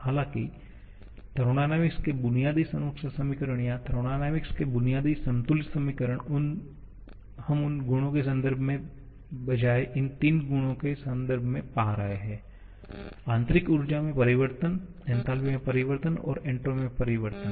हालांकि थर्मोडायनामिक्स के बुनियादी संरक्षण समीकरण या थर्मोडायनामिक्स के बुनियादी संतुलित समीकरण हम उन गुणों के संदर्भ के बजाए इन तीन गुणों के संदर्भ में पा रहे है आंतरिक ऊर्जा में परिवर्तन एन्थालपी में परिवर्तन और एन्ट्रापी में परिवर्तन